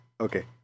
Okay